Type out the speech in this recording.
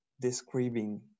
describing